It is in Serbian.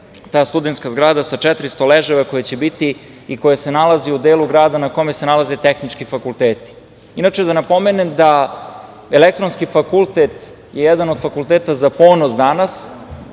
ta studentska zgrada za 400 ležajeva koja će biti i koja se nalazi u delu grada u kome se nalaze tehnički fakulteti. Inače da napomenem da Elektronski fakultet je jedan od fakulteta za ponos danas,